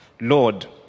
Lord